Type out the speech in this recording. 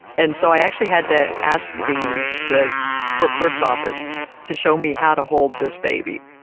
and so, i actually had to ask the, the court clerk's office to show me how to hold this baby.